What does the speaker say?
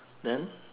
then